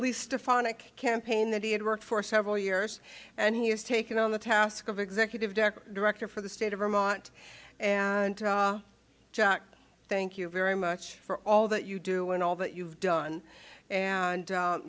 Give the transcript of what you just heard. least a phonic campaign that he had worked for several years and he has taken on the task of executive director for the state of vermont and jack thank you very much for all that you do and all that you've done and